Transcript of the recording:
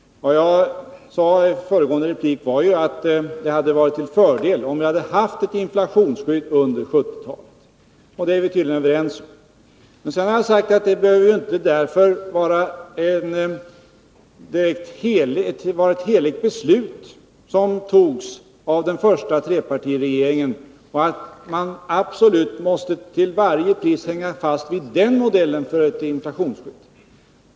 Jag sade i föregående replik att det hade varit till fördel om vi hade haft ett inflationsskydd under 1970-talet, och det är vi tydligen överens om. Men så har jag också sagt att det inte därför behövde vara ett heligt beslut som togs av den första trepartiregeringen, så att man absolut, till varje pris, måste hålla fast vid den modellen för ett inflationsskydd.